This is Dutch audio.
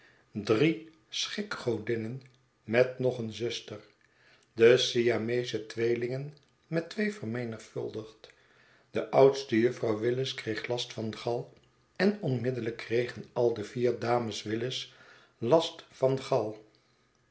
drie schikgodinnen met nog een zuster desiameschetweelingen met twee vermenigvuldigd de oudste juffrouw willis kreeg last van gal en onmiddellijk kregen al de vier dames willis last van gal